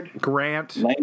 Grant